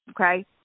Okay